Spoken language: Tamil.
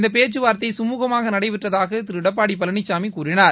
இந்த பேச்சுவார்த்தை கமுகமாக நடைபெற்றதாக திரு எடப்பாடி பழனிகாமி கூறினார்